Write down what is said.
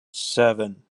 seven